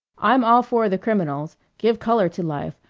i'm all for the criminals give color to life.